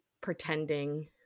pretending